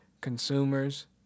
consumers